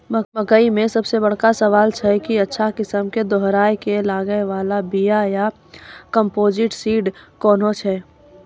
मकई मे सबसे बड़का सवाल छैय कि अच्छा किस्म के दोहराय के लागे वाला बिया या कम्पोजिट सीड कैहनो छैय?